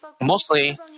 mostly